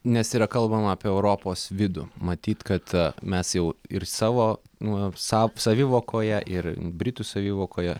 nes yra kalbama apie europos vidų matyt kad mes jau ir savo nu sav savivokoje ir britų savivokoje